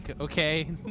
okay